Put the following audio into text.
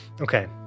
Okay